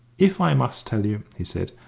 if i must tell you, he said,